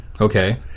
Okay